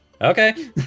Okay